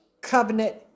covenant